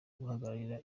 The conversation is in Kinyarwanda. guhagararira